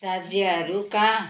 राज्यहरूका